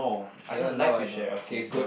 K lah now I know okay good